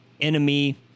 enemy